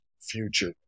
future